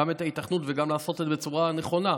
גם את ההיתכנות וגם לעשות את זה בצורה נכונה,